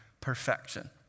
perfection